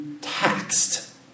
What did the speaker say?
taxed